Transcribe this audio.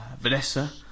Vanessa